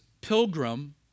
pilgrim